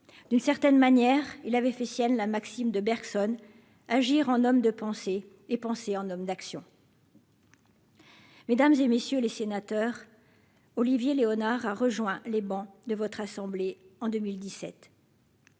d'une certaine manière, il avait fait sienne la Maxime de Bergson : agir en homme de pensée et penser en homme d'action. Mesdames et messieurs les sénateurs, Olivier Léonard a rejoint les bancs de votre assemblée en 2017.